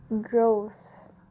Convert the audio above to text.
Growth